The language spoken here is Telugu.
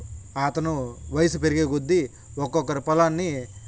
అతను వయసు పెరిగే కొద్దీ ఒక్కొక్కరు పొలాన్ని